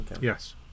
Yes